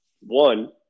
one